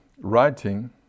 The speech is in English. writing